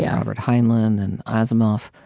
yeah robert heinlein, and asimov.